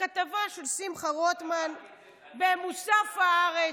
הכתבה של שמחה רוטמן במוסף הארץ.